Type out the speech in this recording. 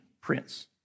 prince